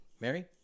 Mary